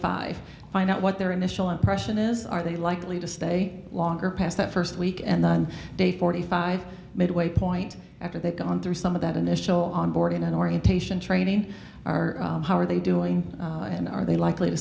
five find out what their initial impression is are they likely to stay longer past that first week and then on day forty five midway point after they've gone through some of that initial on board in an orientation training our how are they doing and are they likely to